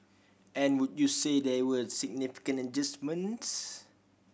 and would you say they were significant adjustments